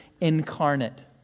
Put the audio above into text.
incarnate